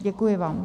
Děkuji vám.